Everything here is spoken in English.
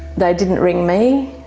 they didn't ring me.